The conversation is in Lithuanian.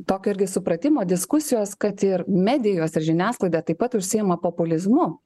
tokio irgi supratimo diskusijos kad ir medijos ir žiniasklaida taip pat užsiima populizmu